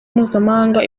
mpuzamahanga